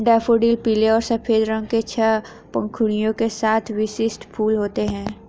daffodil पीले और सफ़ेद रंग के छह पंखुड़ियों के साथ विशिष्ट फूल होते हैं